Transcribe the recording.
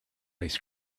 ice